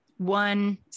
one